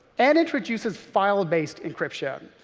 n introduces file-based encryption.